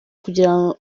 kugira